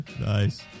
Nice